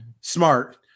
Smart